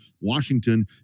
Washington